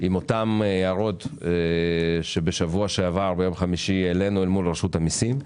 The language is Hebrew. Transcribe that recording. עם אותן הערות שבשבוע שעבר ביום חמישי העלינו אל מול רשות המיסים.